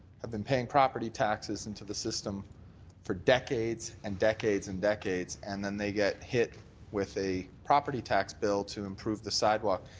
have been paying property taxes into the system for decades and decades and decades and decades. then they get hit with a property tax bill to improve the sidewalk.